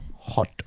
Hot